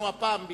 אנחנו הפעם,